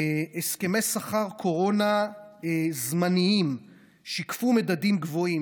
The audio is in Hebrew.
הסכמי שכר קורונה זמניים שיקפו מדדים גבוהים.